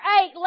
eight